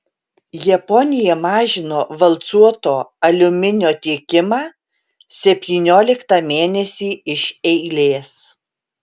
japonija mažino valcuoto aliuminio tiekimą septynioliktą mėnesį iš eilės